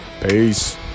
peace